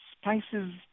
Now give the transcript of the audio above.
spices